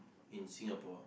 in Singapore